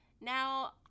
Now